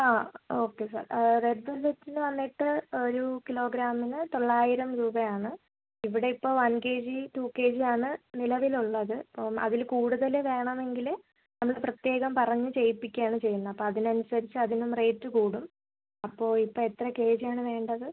ആ okay sir red വെൽവെറ്റിന് വന്നിട്ട് ഒരു കിലോ ഗ്രാമിന് തൊള്ളായിരം രൂപ ആണ് ഇവിടെ ഇപ്പോൾ one K G two K G ആണ് നിലവിൽ ഉള്ളത് അപ്പം അതിൽ കൂടുതൽ വേണമെങ്കിൽ നമ്മൾ പ്രത്യേകം പറഞ്ഞ് ചെയ്യിപ്പിക്കുക ആണ് ചെയ്യുന്നത് അപ്പം അതിന് അനുസരിച്ച് അതിനും റേറ്റ് കൂടും അപ്പോൾ ഇപ്പം എത്ര കെ ജി ആണ് വേണ്ടത്